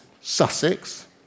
Sussex